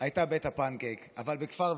הייתה בית הפנקייק, אבל בכפר ויתקין,